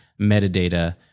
metadata